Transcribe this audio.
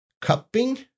cupping